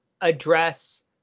address